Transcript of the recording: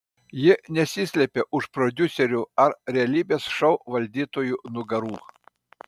ji nesislėpė už prodiuserių ar realybės šou valdytojų nugarų